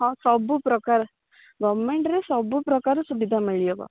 ହଁ ସବୁ ପ୍ରକାର ଗମେଣ୍ଟ୍ରେ ସବୁ ପ୍ରକାର ସୁବିଧା ମିଳି ହେବ